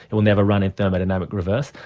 it will never run in thermodynamic reverse.